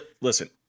listen